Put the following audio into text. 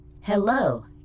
Hello